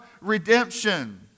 redemption